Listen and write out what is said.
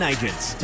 agents